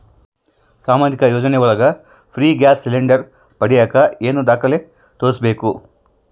ಸಾಮಾಜಿಕ ಯೋಜನೆ ಒಳಗ ಫ್ರೇ ಗ್ಯಾಸ್ ಸಿಲಿಂಡರ್ ಪಡಿಯಾಕ ಏನು ದಾಖಲೆ ತೋರಿಸ್ಬೇಕು?